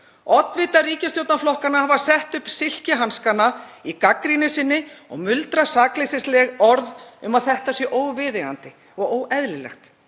Oddvitar ríkisstjórnarflokkanna hafa sett upp silkihanskana í gagnrýni sinni og muldrað sakleysisleg orð um að þetta sé óviðeigandi og óeðlilegt.